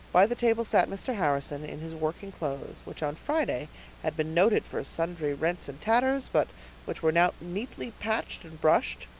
by the table sat mr. harrison in his working clothes, which on friday had been noted for sundry rents and tatters but which were now neatly patched and brushed.